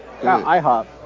IHOP